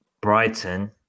Brighton